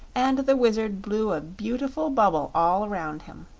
and the wizard blew a beautiful bubble all around him.